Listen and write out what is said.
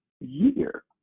year